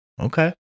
Okay